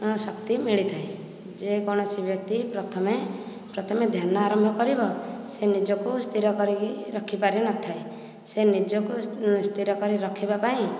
ଶକ୍ତି ମିଳିଥାଏ ଯେକୌଣସି ବ୍ୟକ୍ତି ପ୍ରଥମେ ପ୍ରଥମେ ଧ୍ୟାନ ଆରମ୍ଭ କରିବ ସେ ନିଜକୁ ସ୍ଥିର କରି ରଖିପାରି ନଥାଏ ସେ ନିଜକୁ ସ୍ଥିର କରି ରଖିବା ପାଇଁ